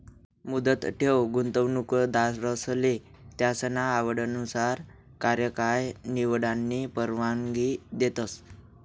मुदत ठेव गुंतवणूकदारसले त्यासना आवडनुसार कार्यकाय निवडानी परवानगी देतस